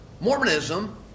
Mormonism